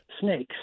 snakes